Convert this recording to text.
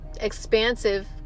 expansive